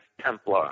Templar